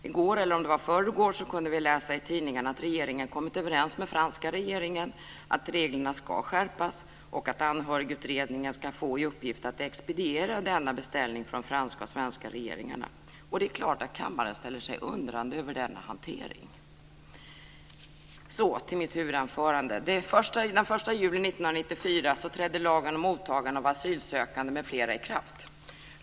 I går eller om det var i förrgår kunde vi läsa i tidningarna att regeringen kommit överens med den franska regeringen om att reglerna ska skärpas och att anhörigutredningen ska få i uppgift att expediera denna beställning från den franska och den svenska regeringen. Och det är klart att kammaren ställer sig undrande över denna hantering. Den 1 juli 1994 trädde lagen om mottagande av asylsökande m.fl. i kraft.